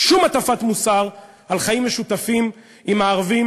שום הטפת מוסר על חיים משותפים עם הערבים